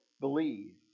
Believe